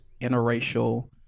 interracial